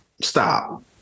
stop